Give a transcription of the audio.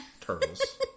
Turtles